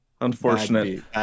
Unfortunate